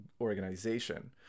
organization